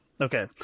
Okay